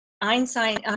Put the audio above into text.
Einstein